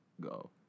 go